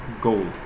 gold